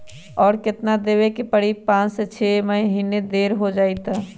और केतना देब के परी पाँच से छे दिन देर हो जाई त?